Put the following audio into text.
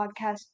podcast